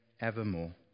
evermore